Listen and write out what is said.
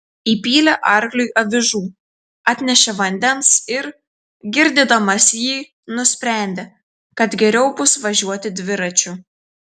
įpylė arkliui avižų atnešė vandens ir girdydamas jį nusprendė kad geriau bus važiuoti dviračiu